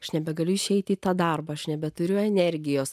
aš nebegaliu išeiti į tą darbą aš nebeturiu energijos